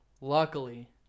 luckily